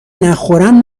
نخورم